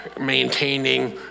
maintaining